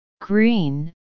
Green